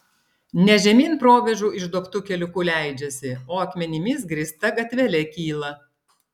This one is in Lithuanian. ne žemyn provėžų išduobtu keliuku leidžiasi o akmenimis grįsta gatvele kyla